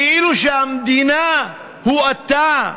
כאילו שהמדינה היא אתה,